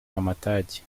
amatage